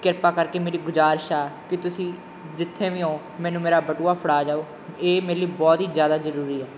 ਕਿਰਪਾ ਕਰਕੇ ਮੇਰੀ ਗੁਜ਼ਾਰਿਸ਼ ਆ ਕਿ ਤੁਸੀਂ ਜਿੱਥੇ ਵੀ ਹੋ ਮੈਨੂੰ ਮੇਰਾ ਬਟੂਆ ਫੜਾ ਜਾਓ ਇਹ ਮੇਰੇ ਲਈ ਬਹੁਤ ਹੀ ਜ਼ਿਆਦਾ ਜ਼ਰੂਰੀ ਆ